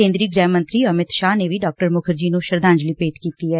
ਕੇਂਦਰੀ ਗੁਹਿ ਮੰਤਰੀ ਅਮਿਤ ਸ਼ਾਹ ਨੇ ਵੀ ਡਾ ਮੁਖਰਜੀ ਨੂੰ ਸ਼ਰਧਾਂਜਲੀ ਭੇਂਟ ਕੀਤੀ ਐ